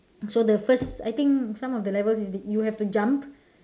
so the first I think some of the levels you have to jump